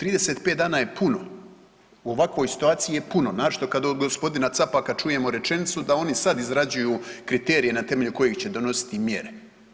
35 dana je puno, u ovakvoj situaciji je puno naročito od gospodina Capaka čujemo rečenicu da oni sad izrađuju kriterije na temelju kojih će donositi mjere.